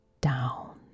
down